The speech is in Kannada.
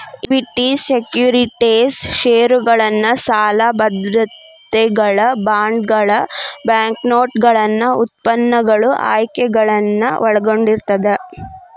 ಇಕ್ವಿಟಿ ಸೆಕ್ಯುರಿಟೇಸ್ ಷೇರುಗಳನ್ನ ಸಾಲ ಭದ್ರತೆಗಳ ಬಾಂಡ್ಗಳ ಬ್ಯಾಂಕ್ನೋಟುಗಳನ್ನ ಉತ್ಪನ್ನಗಳು ಆಯ್ಕೆಗಳನ್ನ ಒಳಗೊಂಡಿರ್ತದ